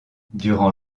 durant